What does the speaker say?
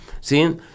See